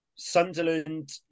Sunderland